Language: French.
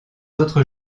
autres